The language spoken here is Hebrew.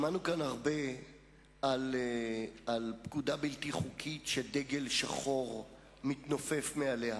שמענו כאן הרבה על פקודה בלתי חוקית שדגל שחור מתנופף מעליה,